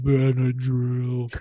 Benadryl